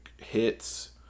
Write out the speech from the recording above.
hits